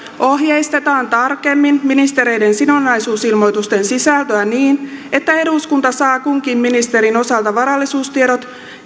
ohjeistetaan tarkemmin ministereiden sidonnaisuusilmoitusten sisältöä niin että eduskunta saa kunkin ministerin osalta varallisuustiedot